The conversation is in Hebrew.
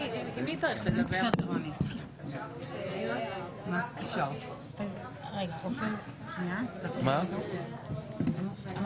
10:58.